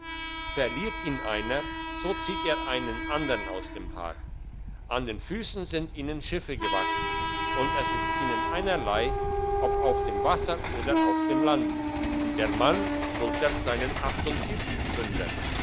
verliert ihn einer so zieht er einen andern aus dem haar an den füssen sind ihnen schiffe gewachsen und es ist ihnen einerlei ob auf dem wasser oder auf dem land der mann schultert seinen